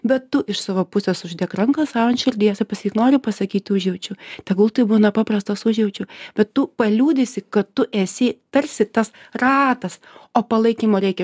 bet tu iš savo pusės uždėk ranką sau ant širdies ir pasakyk noriu pasakyti užjaučiu tegul tai būna paprastas užjaučiu bet tu paliudysi kad tu esi tarsi tas ratas o palaikymo reikia